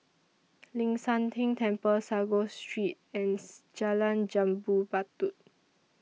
Ling San Teng Temple Sago Street and Jalan Jambu Batu